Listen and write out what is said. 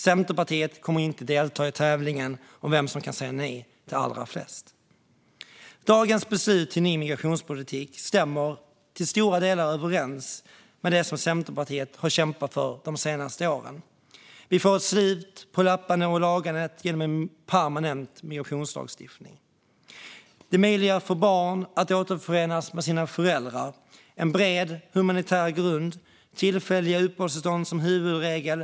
Centerpartiet kommer inte att delta i tävlingen om vem som kan säga nej till allra flest. Dagens beslut till ny migrationspolitik stämmer till stora delar överens med det som Centerpartiet har kämpat för de senaste åren. Vi får ett slut på lappandet och lagandet genom en permanent migrationslagstiftning. Det möjliggör för barn att återförenas med sina föräldrar. Det är en bred humanitär grund. Det är tillfälliga uppehållstillstånd som huvudregel.